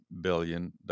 billion